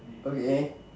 okay